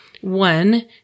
One